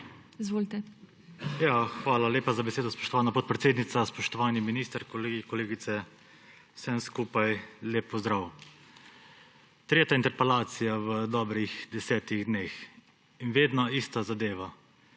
SDS):** Hvala lepa za besedo, spoštovana podpredsednica. Spoštovani minister, kolegi, kolegice, vsem skupaj lep pozdrav! Tretja interpelacija v dobrih 10 dneh in vedno ista zadeva.